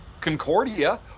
concordia